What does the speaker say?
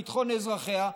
ביטחון אזרחיה,